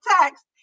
text